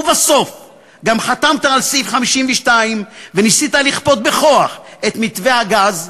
ובסוף גם חתמת על סעיף 52 וניסית לכפות בכוח את מתווה הגז,